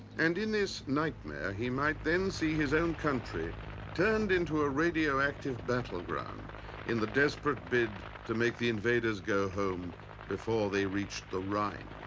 and in this nightmare, he might then see his own country turned into a radioactive battleground in the desperate bid to make the invaders go home before they reached the rhine.